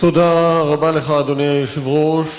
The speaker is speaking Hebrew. תודה רבה לך, אדוני היושב-ראש.